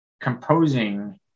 composing